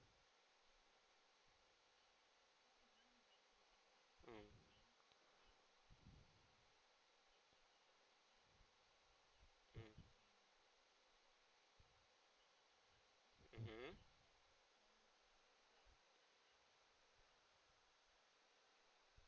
mm mm mmhmm